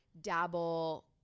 dabble